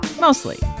Mostly